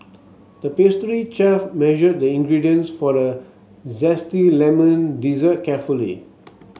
the pastry chef measured the ingredients for a zesty lemon dessert carefully